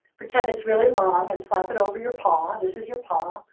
pretend it's really long, and flop it over your paw. this is your paw.